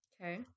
Okay